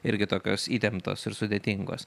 irgi tokios įtemptos ir sudėtingos